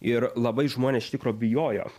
ir labai žmonės iš tikro bijojo